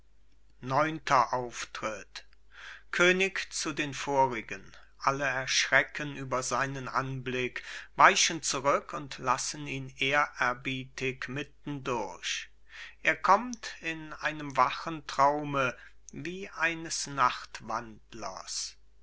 neunter auftritt könig zu den vorigen alle erschrecken über seinen anblick weichen zurück und lassen ihn ehrerbietig mitten durch er kommt in einem wachen traume wie eines nachtwandlers